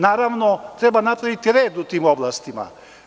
Naravno, treba napraviti red u tim oblastima.